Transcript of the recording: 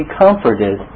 comforted